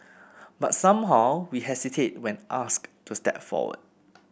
but somehow we hesitate when asked to step forward